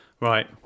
Right